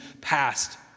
past